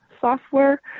software